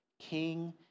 king